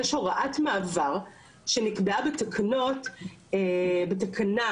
יש הוראת מעבר שנקבעה בתקנות בתקנה